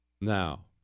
Now